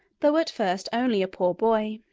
though at first only a poor boy.